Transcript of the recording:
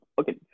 okay